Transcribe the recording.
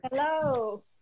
Hello